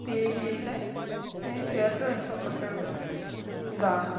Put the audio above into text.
T വിയിലെ എനിക്ക് ഏറ്റവും ഇഷ്ടപ്പെട്ട ഒരു ഇതാണ്